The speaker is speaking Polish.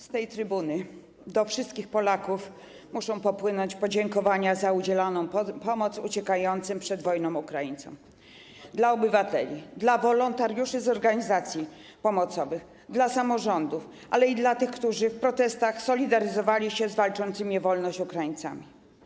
Z tej trybuny do wszystkich Polaków muszą popłynąć podziękowania za udzielaną pomoc uciekającym przed wojną Ukraińcom, podziękowania dla obywateli, dla wolontariuszy z organizacji pomocowych, dla samorządów, ale i dla tych, którzy w protestach solidaryzowali się z walczącymi o wolność Ukraińcami.